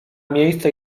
miejsce